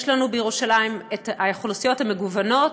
יש לנו בירושלים את האוכלוסיות המגוונות,